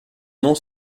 noms